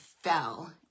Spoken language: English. fell